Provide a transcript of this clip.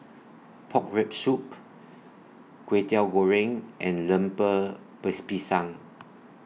Pork Rib Soup Kway Teow Goreng and Lemper Base Pisang